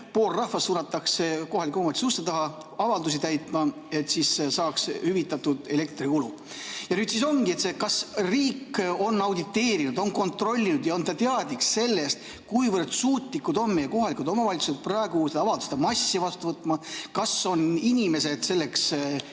pool rahvast suunatakse kohalike omavalitsuste uste taha avaldusi täitma, et saaks hüvitatud elektrikulu. Ja nüüd siis ongi küsimus: kas riik on auditeerinud, on kontrollinud ja on ta teadlik sellest, kuivõrd suutlikud on meie kohalikud omavalitsused praegu seda avalduste massi vastu võtma? Kas inimesed on selleks